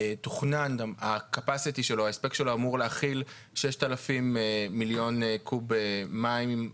שההספק שלו אמור להכיל ששת אלפים מיליון קוב מים,